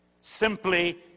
Simply